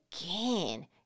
again